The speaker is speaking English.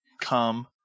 come